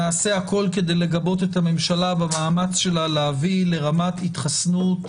נעשה הכול כדי לגבות את הממשלה במאמץ שלה להביא לרמת התחסנות,